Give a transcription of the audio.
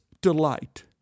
delight